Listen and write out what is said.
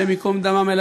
השם ייקום דמם,